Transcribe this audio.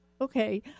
Okay